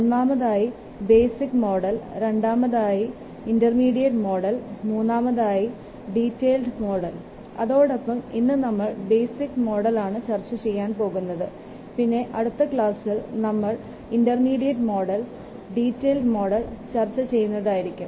ഒന്നാമതായി basic model രണ്ടാമതായിഇൻറർ മീഡിയേറ്റ് മോഡൽ മൂന്നാമതായി ഡീറ്റെയിൽഡ് മോഡൽ അതോടൊപ്പം ഇന്ന് നമ്മൾ ബേസിക് മോഡൽ ആണ് ചർച്ച ചെയ്യാൻ പോകുന്നത് പിന്നെ അടുത്ത ക്ലാസ്സിൽ നമ്മൾ ഇന്റർ മീഡിയേറ്റ് മോഡലും ഡീറ്റെയിൽഡ് മോഡലും ചർച്ച ചെയ്യുന്നതായിരിക്കും